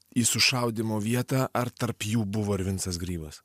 į sušaudymo vietą ar tarp jų buvo ir vincas grybas